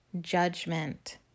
judgment